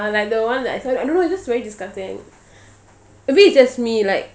ah like the one that I saw I don't know it's just very disgusting maybe it's just me like